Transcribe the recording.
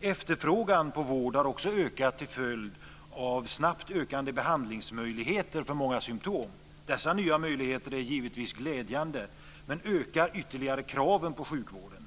Efterfrågan på vård har också ökat till följd av snabbt ökande behandlingsmöjligheter för många symtom. Dessa nya möjligheter är givetvis glädjande men ökar ytterligare kraven på sjukvården.